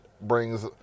brings